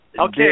Okay